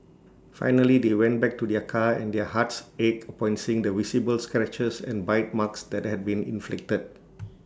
finally they went back to their car and their hearts ached upon seeing the visible scratches and bite marks that had been inflicted